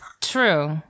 True